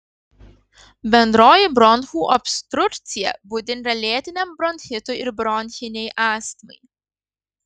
bendroji bronchų obstrukcija būdinga lėtiniam bronchitui ir bronchinei astmai